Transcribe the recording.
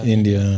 India